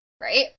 right